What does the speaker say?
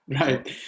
right